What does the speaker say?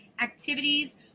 activities